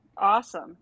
awesome